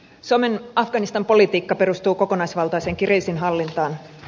suomen afganistan politiikka perustuu kokonaisvaltaiseen kriisinhallintaan